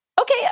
Okay